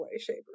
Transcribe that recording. shape